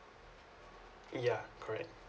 yeah correct